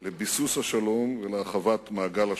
לביסוס השלום ולהרחבת מעגל השלום.